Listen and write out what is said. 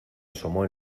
asomó